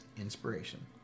Inspiration